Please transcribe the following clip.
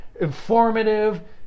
informative